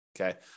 Okay